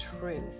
truth